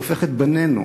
שהופך את בנינו,